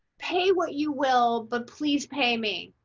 pay what you will, but please pay me,